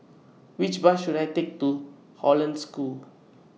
Which Bus should I Take to Hollandse School